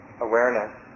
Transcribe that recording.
awareness